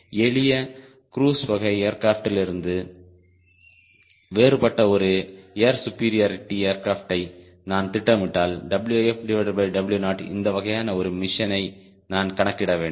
எனவே எளிய க்ரூஸ் வகை ஏர்கிராப்ட்டிலிருந்து வேறுபட்ட ஒரு ஏர் சுபீரியாரிடி ஏர்கிராப்ட்டை நான் திட்டமிட்டால் WfW0 இந்த வகையான ஒரு மிஷனை நான் கணக்கிட வேண்டும்